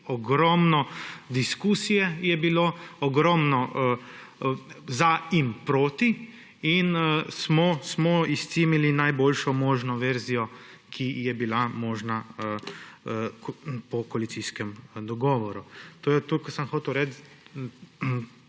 ogromno diskusije je bilo, ogromno za in proti in smo izcimili najboljšo možno verzijo, ki je bila možna po koalicijskem dogovoru. To je to, kar sem hotel reči,